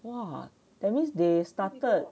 !wah! that means they started